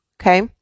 Okay